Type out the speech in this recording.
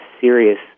serious